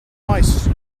lice